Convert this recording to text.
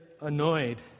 Annoyed